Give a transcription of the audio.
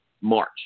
March